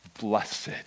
blessed